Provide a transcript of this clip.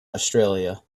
australia